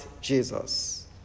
Jesus